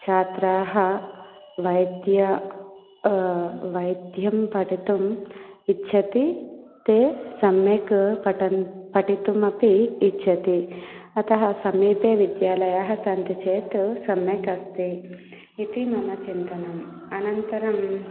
छात्राः वैद्य वैद्यं पठितुम् इच्छन्ति ते सम्यक् पठनं पठितुमपि इच्छन्ति अतः समीपे विद्यालयाः सन्ति चेत् सम्यक् अस्ति इति मम चिन्तनम् अनन्तरम्